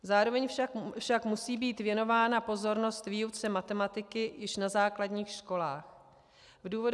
Zároveň však musí být věnována pozornost výuce matematiky již na základních školách.